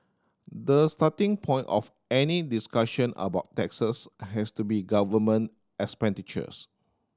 the starting point of any discussion about taxes has to be government expenditures